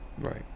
Right